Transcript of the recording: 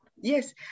Yes